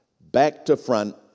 back-to-front